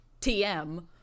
TM